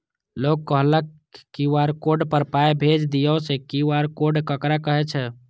लोग कहलक QR code पर पाय भेज दियौ से क्यू.आर कोड ककरा कहै छै?